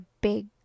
big